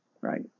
right